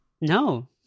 No